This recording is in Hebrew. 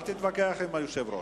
אל תתווכח עם היושב-ראש.